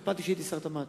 כך פעלתי כשהייתי שר התמ"ת,